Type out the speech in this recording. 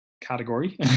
category